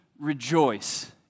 rejoice